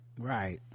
Right